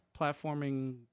platforming